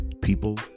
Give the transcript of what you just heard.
People